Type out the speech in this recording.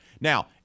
Now